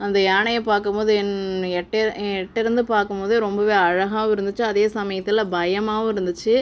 அந்த யானையை பார்க்கும் போது என்னைய எட்ட எட்டேருந்து பார்க்கும் போதே ரொம்பவே அழாகாவும் இருந்துச்சு அதே சமயத்தில் பயமாகவும் இருந்துச்சு